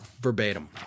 verbatim